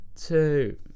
two